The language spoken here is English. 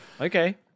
Okay